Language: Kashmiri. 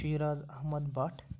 شیٖراز احمد بَٹ